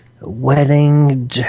wedding